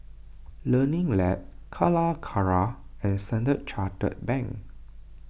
Learning Lab Calacara and Standard Chartered Bank